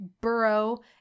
burrow